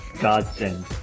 godsend